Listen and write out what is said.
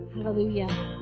Hallelujah